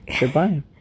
Goodbye